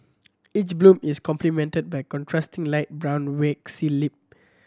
each bloom is complemented by contrasting light brown waxy lip